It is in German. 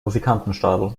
musikantenstadl